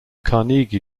carnegie